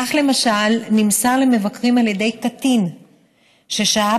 כך למשל נמסר למבקרים על ידי קטין ששהה